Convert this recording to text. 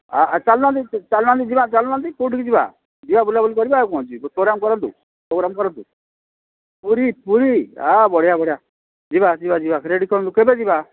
ଚାଲୁନାହାନ୍ତି ଚାଲୁନାହାନ୍ତି ଯିବା ଚାଲୁନାହାନ୍ତି କେଉଁଠିକି ଯିବା ଯିବା ବୁଲାବୁଲି କରିବା ଆଉ କ'ଣ ଅଛି ପ୍ରୋଗ୍ରାମ୍ କରନ୍ତୁ ପ୍ରୋଗ୍ରାମ୍ କରନ୍ତୁ ପୁରୀ ପୁରୀ ଆ ବଢ଼ିଆ ବଢ଼ିଆ ଯିବା ଯିବା ଯିବା ରେଡ଼ି କରନ୍ତୁ କେବେ ଯିବା